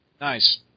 Nice